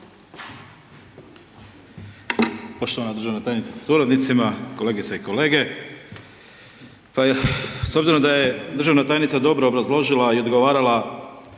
Poštovana državna tajnice sa suradnicima, kolegice i kolege. Pa s obzirom da je državna tajnica dobro obrazložila i odgovarala